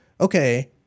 okay